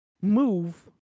move